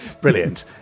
brilliant